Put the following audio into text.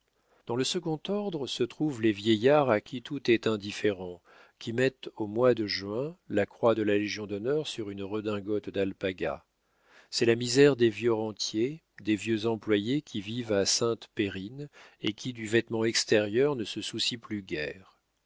dans le second ordre se trouvent les vieillards à qui tout est indifférent qui mettent au mois de juin la croix de la légion-d'honneur sur une redingote d'alpaga c'est la misère des vieux rentiers des vieux employés qui vivent à sainte périne et qui du vêtement extérieur ne se soucient plus guère